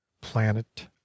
planet